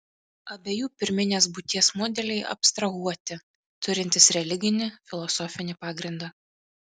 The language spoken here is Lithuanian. abiejų pirminės būties modeliai abstrahuoti turintys religinį filosofinį pagrindą